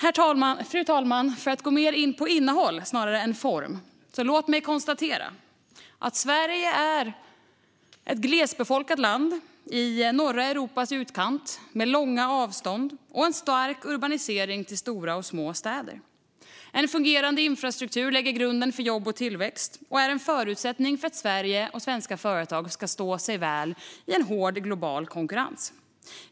Fru talman! Låt mig konstatera att Sverige är ett glesbefolkat land i norra Europas utkant med långa avstånd och en stark urbanisering till stora och små städer. En fungerande infrastruktur lägger grunden för jobb och tillväxt och är en förutsättning för att Sverige och svenska företag ska stå sig väl i en hård global konkurrens.